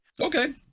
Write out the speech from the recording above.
Okay